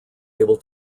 able